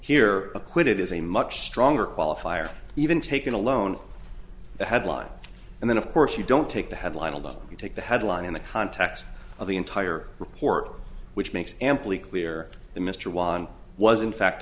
here acquitted is a much stronger qualifier even taken alone the headline and then of course you don't take the headline alone you take the headline in the context of the entire report which makes amply clear that mr juan was in fact